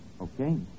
Okay